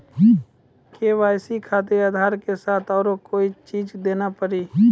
KYC खातिर आधार के साथ औरों कोई चीज देना पड़ी?